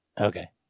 Okay